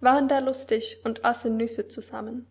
waren da lustig und aßen nüsse zusammen